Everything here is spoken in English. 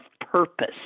purpose